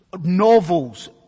novels